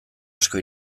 asko